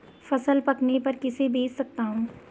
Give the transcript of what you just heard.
फसल पकने पर किसे बेच सकता हूँ?